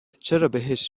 چرابهش